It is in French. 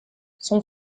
son